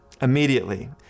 immediately